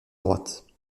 droite